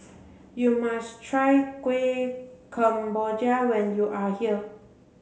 you must try Kueh Kemboja when you are here